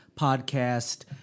podcast